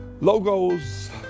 logos